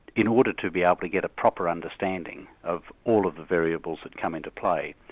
in order to be able to get a proper understanding of all of the variables that come into play.